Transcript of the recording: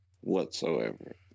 whatsoever